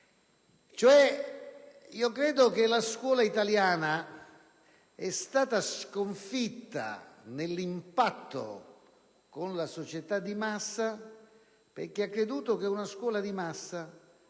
infatti che la scuola italiana sia stata sconfitta nell'impatto con la società di massa perché ha creduto che una scuola di massa